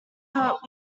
but